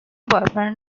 boyfriend